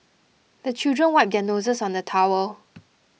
the children wipe their noses on the towel